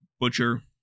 Butcher